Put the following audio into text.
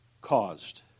caused